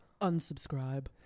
unsubscribe